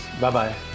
bye-bye